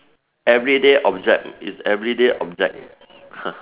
everyday object is everyday object